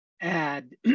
add